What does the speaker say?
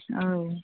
औ